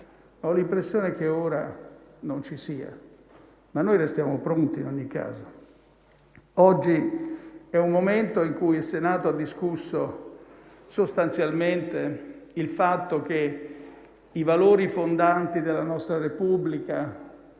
Ho l'impressione che quel momento non sia ora ma noi restiamo pronti, in ogni caso. Oggi è un momento in cui il Senato ha discusso sostanzialmente il fatto che i valori fondanti della nostra Repubblica